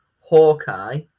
Hawkeye